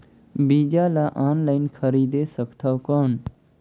बीजा ला ऑनलाइन खरीदे सकथव कौन?